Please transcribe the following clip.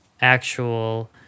actual